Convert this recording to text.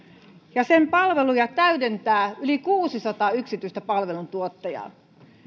ja sen palveluja täydentää yli kuusisataa yksityistä palveluntuottajaa